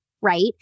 Right